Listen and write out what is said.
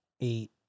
eight